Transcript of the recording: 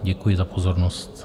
Děkuji za pozornost.